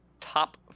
Top